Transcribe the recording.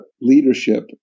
leadership